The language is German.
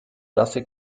nasse